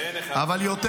תן אחת.